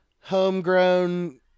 homegrown